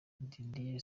didier